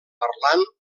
parlant